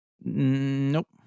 Nope